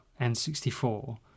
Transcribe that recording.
N64